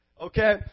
okay